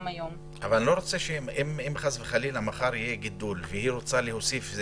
אני לא רוצה שאם חס וחלילה מחר יהיה גידול והיא רוצה להוסיף,